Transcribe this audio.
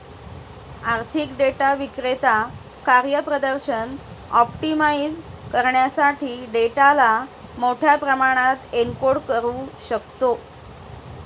आर्थिक डेटा विक्रेता कार्यप्रदर्शन ऑप्टिमाइझ करण्यासाठी डेटाला मोठ्या प्रमाणात एन्कोड करू शकतो